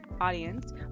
audience